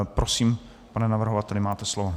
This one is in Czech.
Prosím, pane navrhovateli, máte slovo.